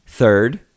third